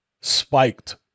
spiked